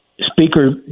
Speaker